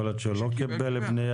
יכול להיות שהוא לא קיבל פנייה.